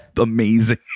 amazing